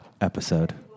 episode